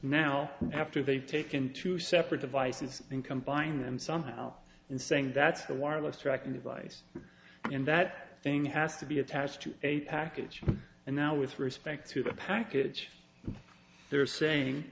now after they've taken two separate devices in combining them somehow and saying that's the wireless tracking device and that thing has to be attached to a package and now with respect to the package they're saying